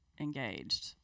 engaged